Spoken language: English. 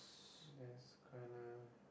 that's kinda